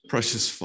Precious